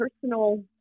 personal